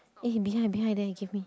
eh behind behind there give me